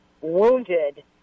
wounded